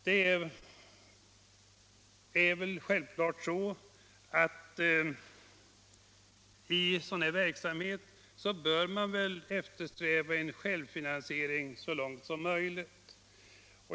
Det är väl självklart att man i sådan här verksamhet bör eftersträva självfinansiering så långt som möjligt.